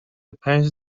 پنج